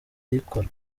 kugikora